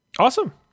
Awesome